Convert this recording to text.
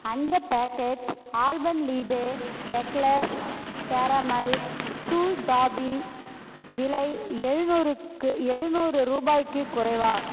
அஞ்சு packet Alpenliebe eclairs caramel chewy toffee விலை எழுநூறுக்கு எழுநூறு ரூபாய்க்குக் குறைவா